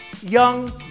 young